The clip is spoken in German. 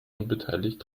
unbeteiligt